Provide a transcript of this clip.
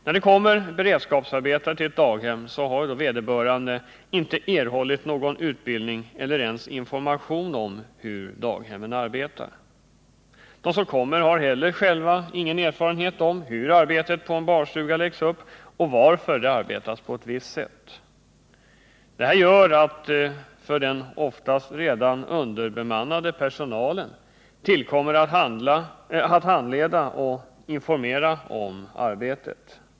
När det kommer en beredskapsarbetare till ett daghem har vederbörande inte erhållit någon utbildning eller ens information om hur daghemmen arbetar. Han har heller ingen erfarenhet av hur arbetet på en barnstuga läggs upp eller kännedom om varför det arbetas på ett visst sätt. Detta gör att det tillkommer den på grund av underbemanning oftast redan alltför arbetstyngda personalen att handleda och informera om arbetet.